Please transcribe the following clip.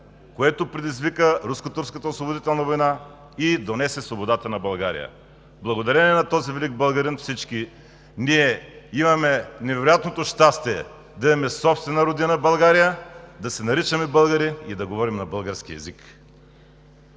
което предизвика Руско-турската освободителна война и донесе свободата на България. Благодарение на този велик българин всички ние имаме невероятното щастие да имаме собствена родина – България, да се наричаме българи и да говорим на български език.